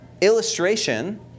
illustration